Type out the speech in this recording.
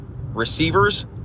receivers